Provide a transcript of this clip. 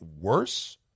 worse